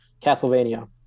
Castlevania